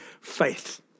faith